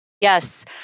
Yes